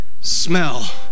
smell